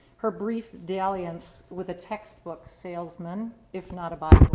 her brief dalliance with a textbook salesman, if not a but